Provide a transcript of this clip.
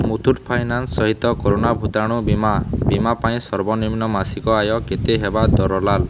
Muthoot finance ସହିତ corona ଭୂତାଣୁ ବୀମା ବୀମା ପାଇଁ ସର୍ବନିମ୍ନ ମାସିକ ଆୟ କେତେ ହେବା ଦରକାର